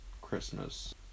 christmas